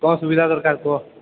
କ'ଣ ସୁବିଧା ଦରକାର କୁହ